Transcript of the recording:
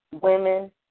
women